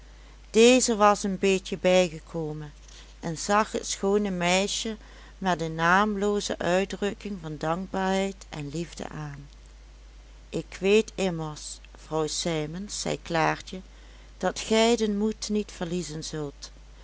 deze was een beetje bijgekomen en zag het schoone meisje met een naamlooze uitdrukking van dankbaarheid en liefde aan ik weet immers vrouw sijmens zei klaartje dat gij den moed niet verliezen zult